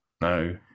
no